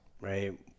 right